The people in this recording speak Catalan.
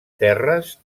terres